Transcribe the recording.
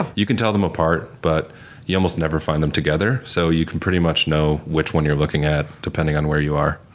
you can tell them apart, but you almost never find them together, so you can pretty much know which one you're looking at depending on where you are.